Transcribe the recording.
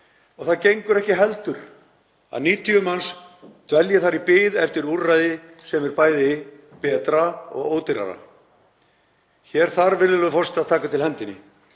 Það gengur ekki heldur að 90 manns dvelji þar í bið eftir úrræði sem er bæði betra og ódýrara. Hér þarf, virðulegur forseti, að taka til hendinni.